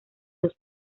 dos